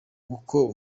uko